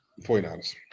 49ers